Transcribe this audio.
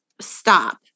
stop